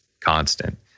constant